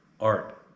art